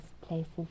places